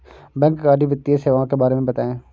बैंककारी वित्तीय सेवाओं के बारे में बताएँ?